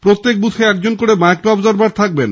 প্রত্যেক বুথে একজন করে মাইক্রো অবজার্ভার থাকবেন